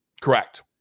correct